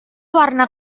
warna